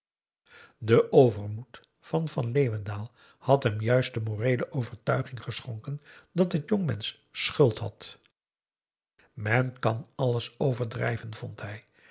de overmoed van van leeuwendaal had hem juist de moreele overtuiging geschonken dat het jongemensch schuld had men kan alles overdrijven vond hij